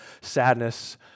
sadness